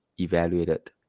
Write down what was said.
evaluated